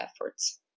efforts